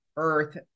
Earth